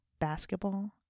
basketball